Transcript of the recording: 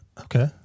Okay